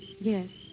Yes